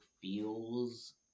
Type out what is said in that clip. feels